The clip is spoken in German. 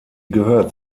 gehört